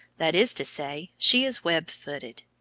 that is to say she is web-footed.